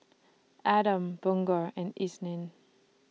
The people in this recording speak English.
Adam Bunga and Isnin